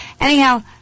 Anyhow